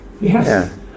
Yes